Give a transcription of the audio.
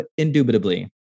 Indubitably